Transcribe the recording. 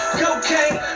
cocaine